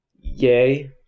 Yay